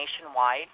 nationwide